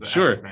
Sure